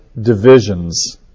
divisions